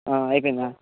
అయిపోయిందా